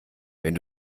wenn